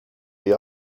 the